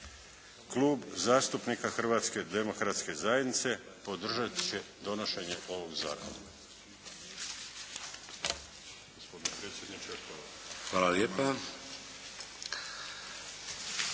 Klub zastupnika Hrvatske demokratske zajednice podržati će donošenje ovog zakona. Gospodine